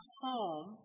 home